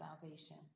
salvation